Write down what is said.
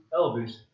Elvis